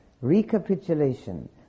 recapitulation